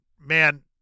man